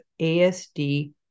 ASD